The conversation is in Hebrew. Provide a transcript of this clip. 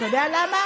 אתה יודע למה?